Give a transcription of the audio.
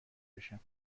بشم